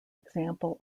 example